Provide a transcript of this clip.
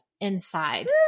inside